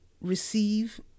receive